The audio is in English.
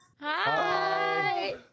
Hi